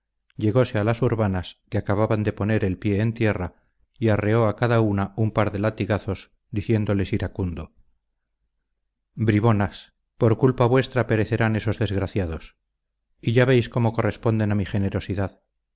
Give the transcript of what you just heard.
llegose a las urbanas que acababan de poner el pie en tierra y arreó a cada una un par de latigazos diciéndoles iracundo bribonas por culpa vuestra perecerán esos desgraciados y ya veis cómo corresponden a mi generosidad